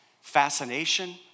fascination